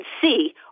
see